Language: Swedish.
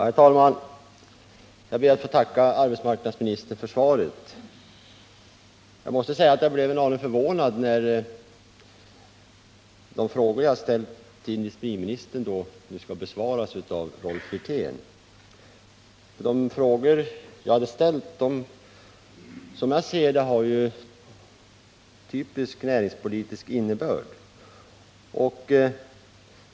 Herr talman! Jag ber att få tacka arbetsmarknadsministern för svaret. Jag blev en aning förvånad när den interpellation som jag har framställt till industriministern skulle besvaras av Rolf Wirtén. De frågor som jag har ställt har, som jag ser det, typiskt näringspolitisk innebörd.